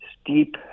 steep